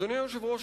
אדוני היושב-ראש,